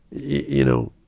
you know,